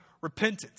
repentance